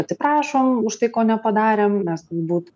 atsiprašom už tai ko nepadarėm nes būt